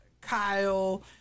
kyle